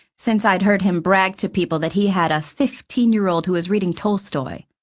since i'd heard him brag to people that he had a fifteen-year-old who is reading tolstoy.